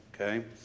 okay